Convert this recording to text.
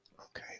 okay